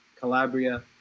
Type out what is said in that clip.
Calabria